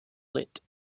lit